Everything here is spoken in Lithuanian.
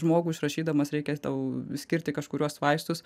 žmogų išrašydamas reikia tau skirti kažkuriuos vaistus